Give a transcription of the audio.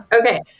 Okay